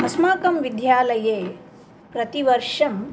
अस्माकं विद्यालये प्रतिवर्षम्